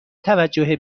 توجه